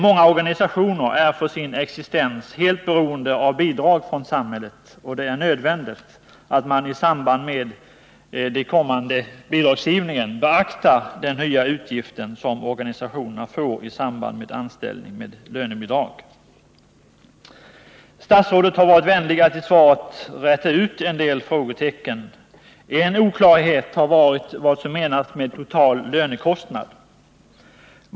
Många organisationer är för sin existens helt beroende av bidrag från samhället, och det är nödvändigt att man i samband med den kommande bidragsgivningen beaktar den nya utgift som organisationerna får i samband med anställning med lönebidrag. Statsrådet har varit vänlig att i svaret räta ut en del frågetecken. En oklarhet har varit vad som menas med total lönekostnad.